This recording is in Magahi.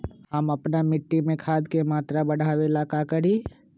हम अपना मिट्टी में खाद के मात्रा बढ़ा वे ला का करी?